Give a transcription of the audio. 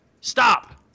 Stop